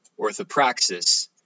Orthopraxis